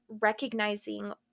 recognizing